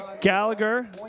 Gallagher